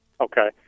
Okay